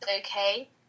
okay